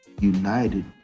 united